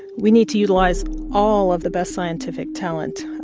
we need to utilise all of the best scientific talent,